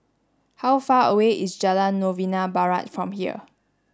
how far away is Jalan Novena Barat from here